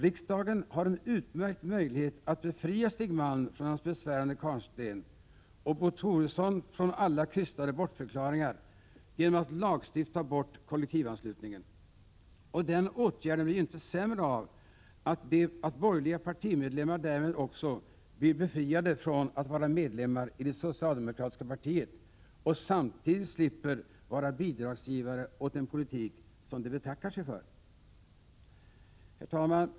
Riksdagen har en utmärkt möjlighet att befria Stig Malm från hans besvärande kvarnsten och Bo Toresson från alla krystade bortförklaringar genom att lagstifta bort kollektivanslutningen. Den åtgärden blir ju inte sämre av att borgerliga partimedlemmar därmed också blir befriade från att vara medlemmar i det socialdemokratiska partiet och samtidigt slipper vara bidragsgivare åt en politik som de betackar sig för. Herr talman!